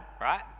right